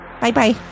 Bye-bye